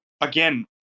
again